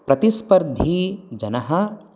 प्रतिस्पर्धीजनः